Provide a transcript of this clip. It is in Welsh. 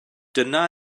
dyna